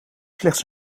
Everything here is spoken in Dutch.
slechts